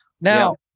Now